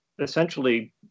essentially